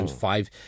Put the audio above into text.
five